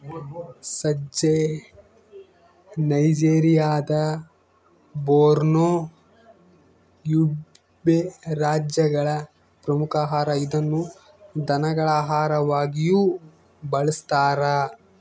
ಸಜ್ಜೆ ನೈಜೆರಿಯಾದ Borno, Yobe ರಾಜ್ಯಗಳ ಪ್ರಮುಖ ಆಹಾರ ಇದನ್ನು ದನಗಳ ಆಹಾರವಾಗಿಯೂ ಬಳಸ್ತಾರ